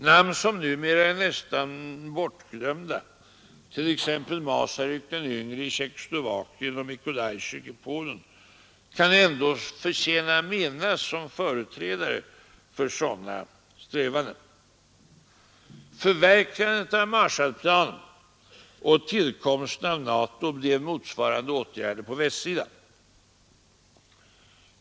Namn som numera är nästan bortglömda, t.ex. Masaryk den yngre i Tjeckoslovakien och Mikolajczyk i Polen, kan ändå förtjäna att minnas som företrädare för sådana strävanden. Förverkligandet av Marshallplanen och tillkomsten av NATO blev motsvarande åtgärder på västsidan.